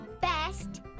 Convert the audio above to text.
Best